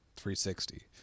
360